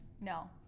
No